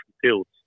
fields